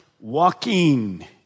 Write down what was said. walking